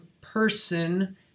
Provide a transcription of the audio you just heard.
person